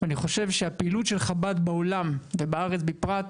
ואני חושב שהפעילות של חב"ד בעולם ובארץ בפרט,